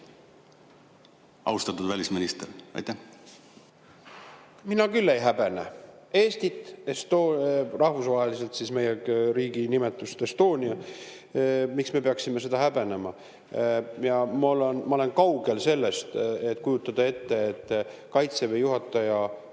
austatud välisminister? Mina küll ei häbene Eestit ehk siis rahvusvaheliselt tuntud meie riigi nimetust Estonia. Miks me peaksime seda häbenema? Ja ma olen kaugel sellest, et kujutada ette, et Kaitseväe juhataja